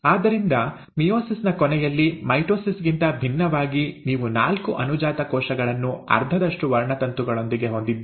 ಆದ್ದರಿಂದ ಮಿಯೋಸಿಸ್ ನ ಕೊನೆಯಲ್ಲಿ ಮೈಟೊಸಿಸ್ ಗಿಂತ ಭಿನ್ನವಾಗಿ ನೀವು ನಾಲ್ಕು ಅನುಜಾತ ಕೋಶಗಳನ್ನು ಅರ್ಧದಷ್ಟು ವರ್ಣತಂತುಗಳೊಂದಿಗೆ ಹೊಂದಿದ್ದೀರಿ